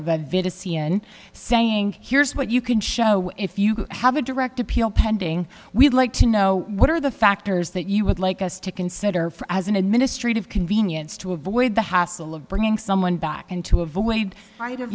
of a vid a c n n saying here's what you can show if you have a direct appeal pending we'd like to know what are the factors that you would like us to consider for as an administrative convenience to avoid the hassle of bringing someone back in to avoid either